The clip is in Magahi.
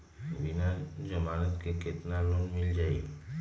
बिना जमानत के केतना लोन मिल जाइ?